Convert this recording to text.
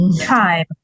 time